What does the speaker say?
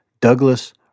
Douglas